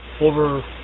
over